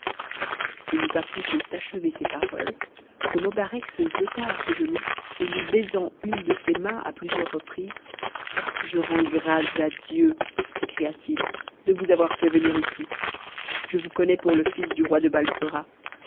h n'eut pas plutôt achevé ces paroles que mobarec se jeta à ses genoux et lui baisant une de ses mains à plusieurs reprises je rends grâces à dieu s'écria-t-il de vous avoir fait venir ici je vous connais pour le fils du roi de balsora